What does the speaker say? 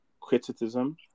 criticism